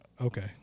Okay